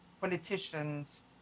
politicians